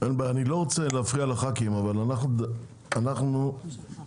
אני לא רוצה להפריע לח"כים אבל אנחנו התלבשנו